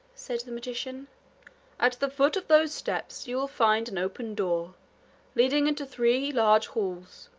said the magician at the foot of those steps you will find an open door leading into three large halls.